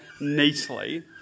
neatly